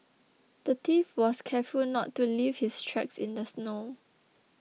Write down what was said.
the thief was careful not to leave his tracks in the snow